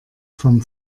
vom